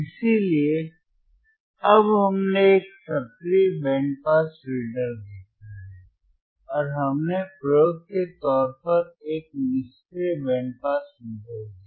इसलिए अब हमने एक सक्रिय बैंड पास फिल्टर देखा है और हमने प्रयोग के तौर पर एक निष्क्रिय बैंड पास फिल्टर देखा है